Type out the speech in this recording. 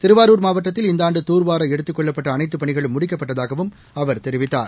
திருவாரூர் மாவட்டத்தில் இந்த ஆண்டு தூர்வார எடுத்துக் கொள்ளப்பட்ட அனைத்துப் பணிகளும் முடிக்கப்பட்டதாகவும் அவர் தெரிவித்தார்